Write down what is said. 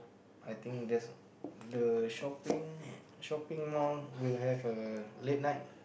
I think that's the shopping shopping mall will have a late night